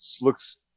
looks